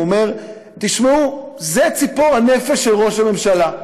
הוא אמר: תשמעו, זה ציפור הנפש של ראש הממשלה,